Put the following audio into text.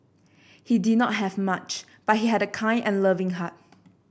he did not have much but he had a kind and loving heart